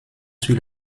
sur